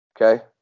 Okay